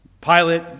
Pilate